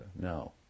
no